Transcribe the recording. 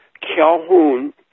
Calhoun